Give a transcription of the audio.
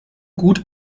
gut